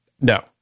No